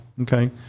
okay